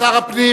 שר הפנים